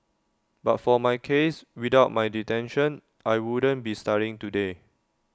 but for my case without my detention I wouldn't be studying today